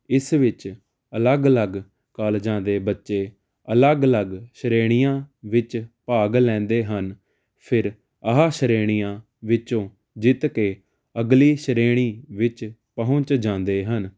ਇਸ ਵਿੱਚ ਅਲੱਗ ਅਲੱਗ ਕਾਲਜਾਂ ਦੇ ਬੱਚੇ ਅਲੱਗ ਅਲੱਗ ਸ਼੍ਰੇਣੀਆਂ ਵਿੱਚ ਭਾਗ ਲੈਂਦੇ ਹਨ ਫਿਰ ਆਹਾ ਸ਼੍ਰੇਣੀਆਂ ਵਿੱਚੋਂ ਜਿੱਤ ਕੇ ਅਗਲੀ ਸ਼੍ਰੇਣੀ ਵਿੱਚ ਪਹੁੰਚ ਜਾਂਦੇ ਹਨ